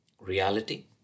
Reality